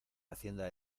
hacienda